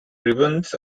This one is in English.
ribbons